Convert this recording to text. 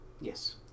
Yes